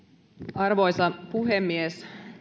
arvoisa puhemies